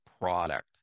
product